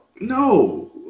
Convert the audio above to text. No